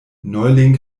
neuling